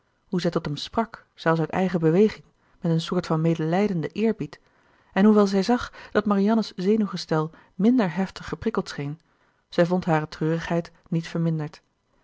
hoe zij tot hem sprak zelfs uit eigen beweging met een soort van medelijdenden eerbied en hoewel zij zag dat marianne's zenuwgestel minder heftig geprikkeld scheen zij vond hare treurigheid niet verminderd